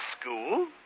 School